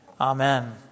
Amen